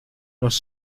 los